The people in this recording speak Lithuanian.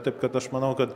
taip kad aš manau kad